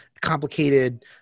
complicated